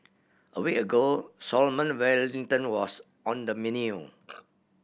a week ago Salmon Wellington was on the menu